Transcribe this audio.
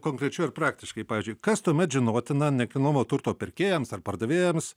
konkrečiau ir praktiškai pavyzdžiui kas tuomet žinotina nekilnojamo turto pirkėjams ar pardavėjams